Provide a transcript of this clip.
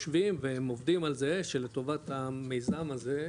חושבים ועובדים על זה שלטובת המיזם הזה,